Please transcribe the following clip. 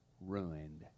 ruined